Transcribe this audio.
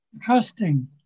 trusting